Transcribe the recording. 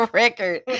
record